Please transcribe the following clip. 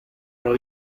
pro